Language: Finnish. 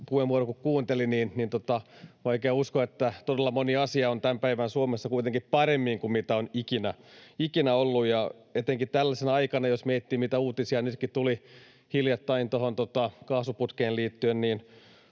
puheenvuoroa, niin vaikea uskoa, että todella moni asia on tämän päivän Suomessa kuitenkin paremmin kuin mitä on ikinä ollut. Etenkin tällaisena aikana, jos miettii, mitä uutisia nytkin tuli hiljattain tuohon kaasuputkeen liittyen, niin